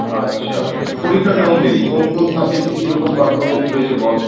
আচ্ছা তো পরীক্ষা কেমন দিলি কোন কোন সাবজেক্টে কী রকম পারফরম্যান্স হয়েছে বল